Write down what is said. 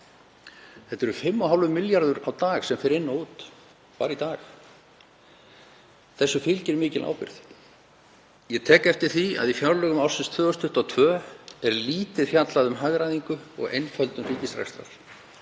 Þetta eru 5,5 milljarðar á dag sem fara inn og út, bara í dag. Þessu fylgir mikil ábyrgð. Ég tek eftir því að í fjárlögum ársins 2022 er lítið fjallað um hagræðingu og einföldun ríkisrekstrar.